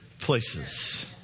places